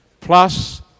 plus